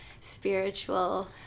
spiritual